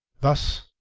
Thus